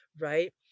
right